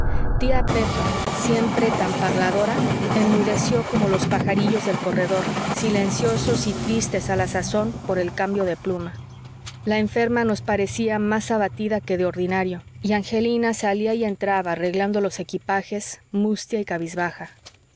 tía pepa siempre tan parladora enmudeció como los pajarillos del corredor silenciosos y tristes a la sazón por el cambio de pluma la enferma nos parecía más abatida que de ordinario y angelina salía y entraba arreglando los equipajes mustia y cabizbaja